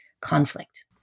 conflict